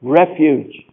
refuge